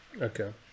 okay